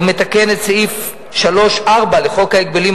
לחוק הזה,